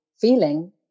feeling